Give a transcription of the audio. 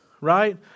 right